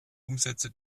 umsätze